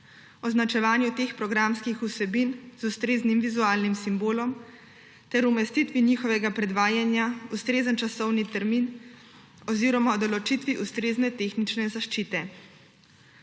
označevanju teh programskih vsebin z ustreznim vizualnim simbolom ter umestitvi njihovega predvajanja v ustrezen časovni termin oziroma o določitvi ustrezne tehnične zaščite.